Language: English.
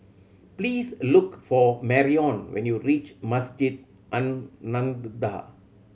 please look for Marion when you reach Masjid An Nahdhah